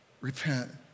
repent